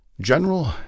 general